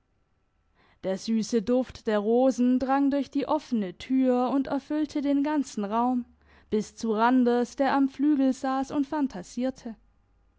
der süsse duft der rosen drang durch die offene tür und erfüllte den ganzen raum bis zu randers der am flügel sass und